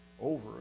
over